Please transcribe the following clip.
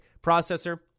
processor